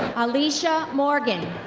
alisha morgan.